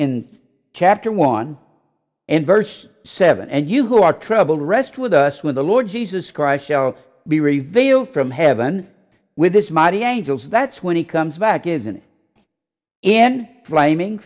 in chapter one and verse seven and you who are trouble rest with us with the lord jesus christ shall be revealed from heaven with this mighty angels that's when he comes back isn't it and flaming